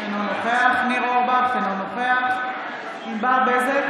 אינו נוכח ניר אורבך,